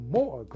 more